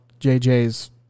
JJ's